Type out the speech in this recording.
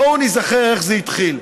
בואו ניזכר איך זה התחיל,